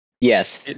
Yes